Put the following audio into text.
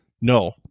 No